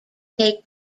take